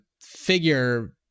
figure